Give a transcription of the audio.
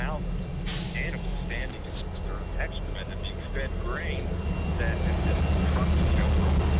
thousands animals standing and they are on excrement and being fed grain that has been trucked you know from